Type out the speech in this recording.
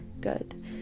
Good